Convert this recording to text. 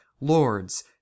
lords